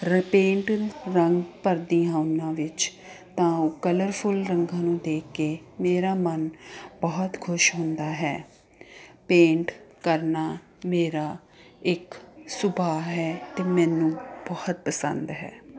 ਰ ਪੇਂਟ ਰੰਗ ਭਰਦੀ ਹਾਂ ਉਹਨਾਂ ਵਿੱਚ ਤਾਂ ਕਲਰਫੁੱਲ ਰੰਗਾਂ ਨੂੰ ਵੇਖ ਕੇ ਮੇਰਾ ਮਨ ਬਹੁਤ ਖੁਸ਼ ਹੁੰਦਾ ਹੈ ਪੇਂਟ ਕਰਨਾ ਮੇਰਾ ਇੱਕ ਸੁਭਾਅ ਹੈ ਅਤੇ ਮੈਨੂੰ ਬਹੁਤ ਪਸੰਦ ਹੈ